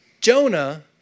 Jonah